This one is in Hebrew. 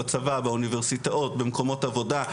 במקומות עבודה,